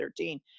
2013